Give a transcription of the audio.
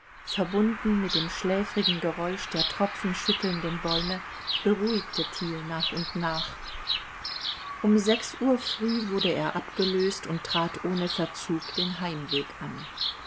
verbunden mit dem schläfrigen geräusch der tropfenschüttelnden bäume beruhigte thiel nach und nach um sechs uhr früh wurde er abgelöst und trat ohne verzug den heimweg an